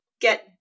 get